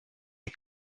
die